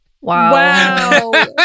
Wow